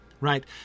right